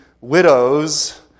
widows